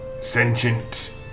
sentient